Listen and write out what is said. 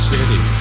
City